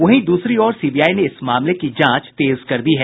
वहीं दूसरी ओर सीबीआई ने इस मामले की जांच तेज कर दी है